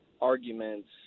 arguments